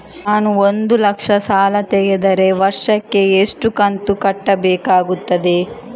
ನಾನು ಒಂದು ಲಕ್ಷ ಸಾಲ ತೆಗೆದರೆ ವರ್ಷಕ್ಕೆ ಎಷ್ಟು ಕಂತು ಕಟ್ಟಬೇಕಾಗುತ್ತದೆ?